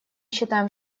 считаем